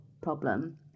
problem